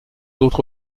d’autre